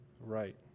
right